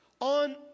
on